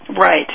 Right